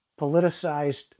politicized